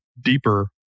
deeper